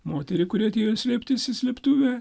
moterį kuri atėjo slėptis į slėptuvę